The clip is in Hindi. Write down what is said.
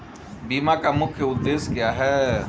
बीमा का मुख्य उद्देश्य क्या है?